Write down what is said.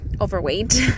overweight